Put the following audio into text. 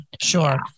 Sure